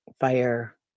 fire